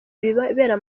ibibera